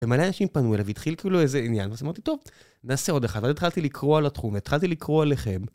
ומלא אנשים פנו אליו, התחיל כאילו איזה עניין, ואז אמרתי, טוב, נעשה עוד אחד. ואז התחלתי לקרוא על התחום, התחלתי לקרוא עליכם.